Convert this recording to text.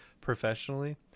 professionally